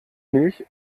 milch